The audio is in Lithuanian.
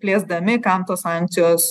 plėsdami kam tos sankcijos